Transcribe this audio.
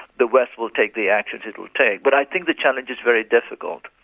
the west will take the actions it will take. but i think the challenge is very difficult.